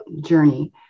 journey